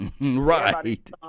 Right